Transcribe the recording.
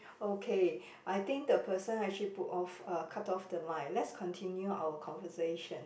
okay I think the person actually put off uh cut off the line let's continue our conversation